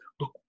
look